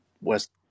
west